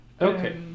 Okay